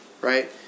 right